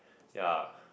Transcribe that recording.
ya